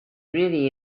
really